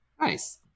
nice